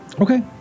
okay